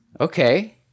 Okay